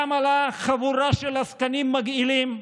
קמה לה חבורה של עסקנים מגעילים,